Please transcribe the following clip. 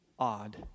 odd